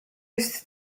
jest